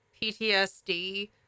PTSD